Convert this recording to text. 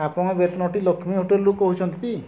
ଆପଣ ବେତନଟି ଲକ୍ଷ୍ମୀ ହୋଟେଲ୍ରୁ କହୁଛନ୍ତି